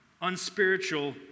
unspiritual